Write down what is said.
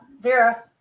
Vera